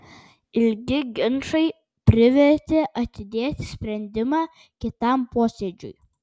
ilgi ginčai privertė atidėti sprendimą kitam posėdžiui